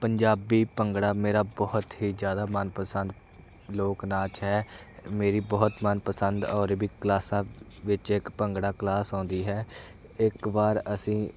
ਪੰਜਾਬੀ ਭੰਗੜਾ ਮੇਰਾ ਬਹੁਤ ਹੀ ਜ਼ਿਆਦਾ ਮਨ ਪਸੰਦ ਲੋਕ ਨਾਚ ਹੈ ਮੇਰੀ ਬਹੁਤ ਮਨ ਪਸੰਦ ਔਰਬਿੱਕ ਕਲਾਸਾਂ ਵਿੱਚ ਇੱਕ ਭੰਗੜਾ ਕਲਾਸ ਆਉਂਦੀ ਹੈ ਇੱਕ ਵਾਰ ਅਸੀਂ